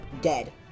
dead